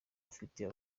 afitiye